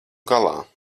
galā